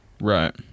Right